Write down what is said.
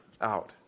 out